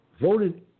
voted